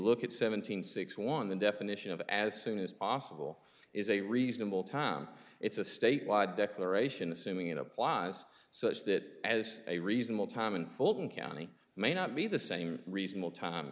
look at seven hundred six one the definition of as soon as possible is a reasonable time it's a statewide declaration assuming it applies such that as a reasonable time in fulton county may not be the same reasonable time